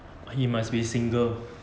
he must be single